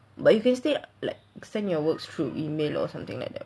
but you can still like send your work through emails or something like that [what]